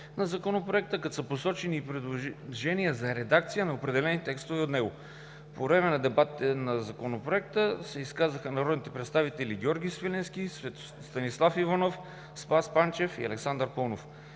на законопроекта, като са посочени и предложения за редакция на определени текстове от него. По време на дебатите по Законопроекта се изказаха народните представители Георги Свиленски, Станислав Иванов, Спас Панчев и Александър Паунов.